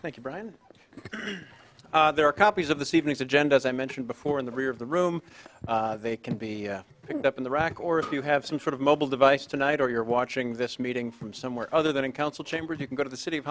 all thank you brian there are copies of this evening's agenda as i mentioned before in the rear of the room they can be picked up on the rack or if you have some sort of mobile device tonight or you're watching this meeting from somewhere other than in council chambers you can go to the city